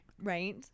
Right